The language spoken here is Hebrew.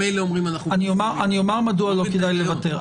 אומר מדוע לא כדאי לוותר.